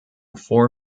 four